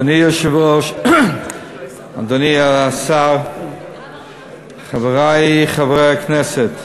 אדוני היושב-ראש, אדוני השר, חברי חברי הכנסת,